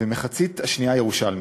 והמחצית השנייה, ירושלמי.